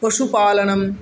पशुपालनं